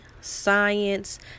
science